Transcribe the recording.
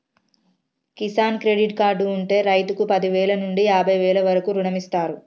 Kisan credit card ఉంటె రైతుకు పదివేల నుండి యాభై వేల వరకు రుణమిస్తారు